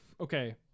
Okay